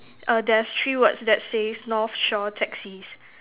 err there's three words that says North Shore taxis